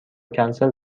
کنسل